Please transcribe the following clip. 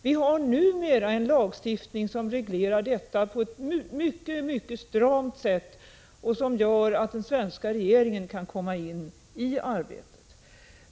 Vi har numera en lagstiftning som reglerar detta på ett mycket stramt sätt och som gör att den svenska regeringen kan komma in i arbetet.